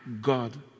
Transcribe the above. God